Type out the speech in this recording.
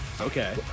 Okay